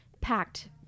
packed